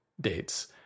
dates